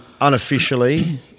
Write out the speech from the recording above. Unofficially